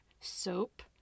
soap